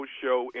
show